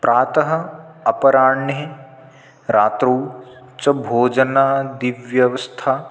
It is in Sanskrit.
प्रातः अपराह्णे रात्रौ च भोजनादिव्यवस्था